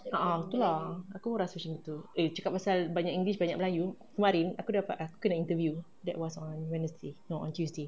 a'ah tu lah aku pun rasa macam gitu eh cakap pasal banyak english banyak melayu kelmarin aku kena interview that was on wednesday no on tuesday